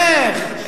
שומו שמים, איך?